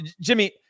Jimmy